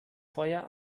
feuer